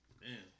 man